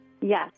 Yes